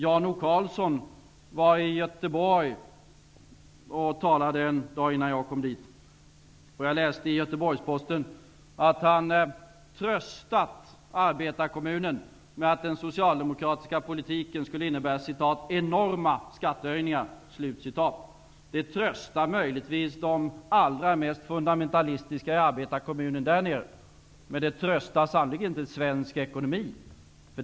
Jan O Carlsson talade i Göteborg dagen innan jag kom dit. Jag läste i Göteborgsposten att han tröstat arbetarekommunen med att den socialdemokratiska politiken skulle innebära ''enorma'' skattehöjningar. Det tröstar möjligtvis de allra mest fundamentalistiska i arbetarekommunen där nere, men det tröstar sannerligen inte svensk ekonomi.